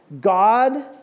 God